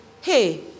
hey